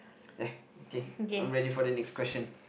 uh okay I'm ready for the next question